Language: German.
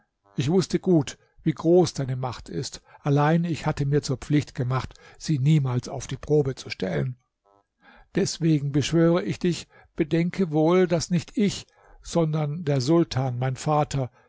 ich wußte gut wie groß deine macht ist allein ich hatte mir zur pflicht gemacht sie niemals auf die probe zu stellen deswegen beschwöre ich dich bedenke wohl daß nicht ich sonder der sultan mein vater